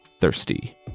Thirsty